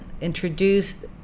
introduced